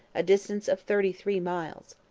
a distance of thirty-three miles.